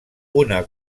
una